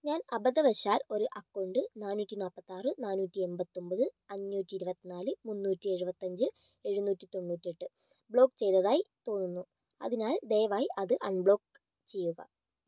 ഞാൻ അബദ്ധവശാൽ ഒരു അക്കൗണ്ട് നാന്നൂറ്റി നാല്പത്താറ് നാന്നൂറ്റിയെൺപത്തൊമ്പത് അഞ്ഞൂറ്റി ഇരുവത്ത്നാല് മുന്നൂറ്റിയെഴുപത്തഞ്ച് എഴുന്നൂറ്റി തൊണ്ണൂറ്റെട്ട് ബ്ലോക്ക് ചെയ്തതായി തോന്നുന്നു അതിനാൽ ദയവായി അത് അൺബ്ലോക്ക് ചെയ്യുക